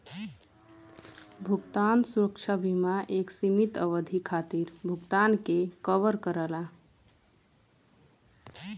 भुगतान सुरक्षा बीमा एक सीमित अवधि खातिर भुगतान के कवर करला